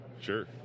Sure